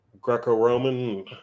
Greco-Roman